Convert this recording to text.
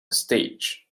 stage